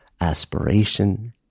Aspiration